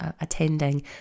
attending